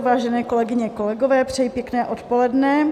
Vážené kolegyně, vážení kolegové, přeji pěkné odpoledne.